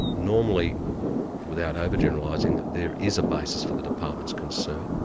normally without overgeneralising, there is a basis for the department's concern.